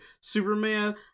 Superman